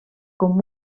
com